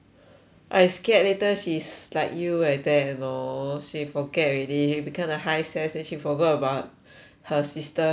I scared later she's like you like that you know she forget already because of high S_E_S then she forgot about her sister friend